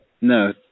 no